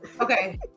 Okay